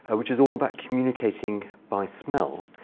which is all about communicating by smell.